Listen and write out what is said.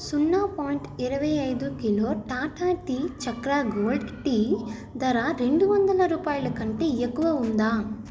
సున్నా పాయింట్ ఇరవై ఐదు kilo Tata tea Chakra gold tea ధర రెండు వందల రూపాయల కంటే ఎక్కువ ఉందా